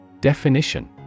Definition